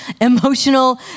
emotional